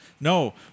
No